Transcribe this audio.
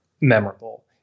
memorable